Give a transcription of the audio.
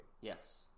yes